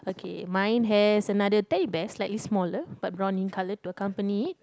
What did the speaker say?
okay mine has another Teddy Bear slightly smaller but brown in colour to accompany